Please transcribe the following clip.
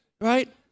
Right